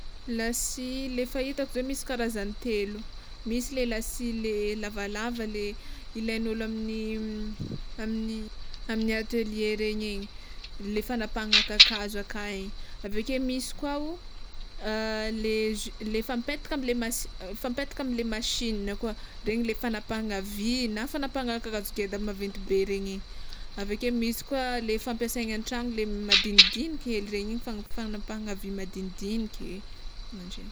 Lasia le fahitako zao misy karazany telo misy le lasia le lavalava le ilain'ôlo amin'ny amin'ny amin'ny atelier regny igny le fagnapahana kakazo ak hein, avekeo misy koa le le efa mipetaka amle mas- efa mipetaka amle masinina koa regny le fagnapahana vy na fagnapahana kakazo ngeda maventy be regny, aveke misy koa le fampiasainy an-tragno le madinidiniky hely regny igny fan- fanapahagna vy madinidiniky, magnanjegny.